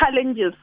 challenges